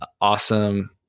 awesome